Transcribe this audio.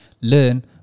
learn